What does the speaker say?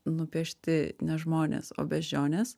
nupiešti ne žmonės o beždžionės